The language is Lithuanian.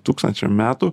tūkstančiam metų